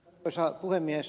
arvoisa puhemies